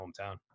hometown